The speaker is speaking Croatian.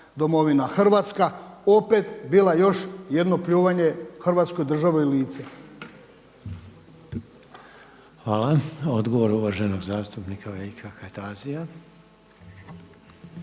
Hrvatska opet bila još jedno pljuvanje Hrvatskoj državi u lice. **Reiner, Željko (HDZ)** Hvala. Odgovor uvaženog zastupnika Veljka Kajtazija.